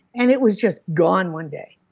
and it was just gone one day.